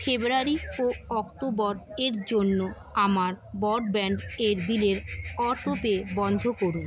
ফেব্রুয়ারি ও অক্টোবর এর জন্য আমার ব্রডব্যান্ড এর বিলের অটোপে বন্ধ করুন